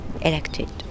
elected